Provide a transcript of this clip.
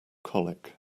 colic